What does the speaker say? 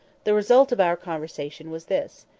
the result of our conversation was this.